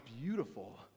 beautiful